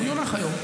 הוא יונח היום.